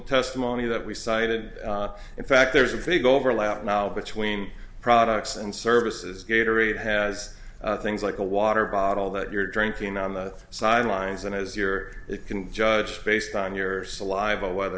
testimony that we cited in fact there's a big overlap now between products and services gator it has things like a water bottle that you're drinking on the sidelines and as you're it can judge based on your saliva whether